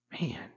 Man